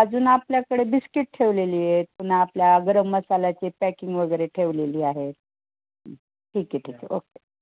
अजून आपल्याकडे बिस्किट ठेवलेली आहे पुन्हा आपल्या गरम मसाल्याचे पॅकिंग वगैरे ठेवलेली आहे ठीक आहे ठीक आहे ओके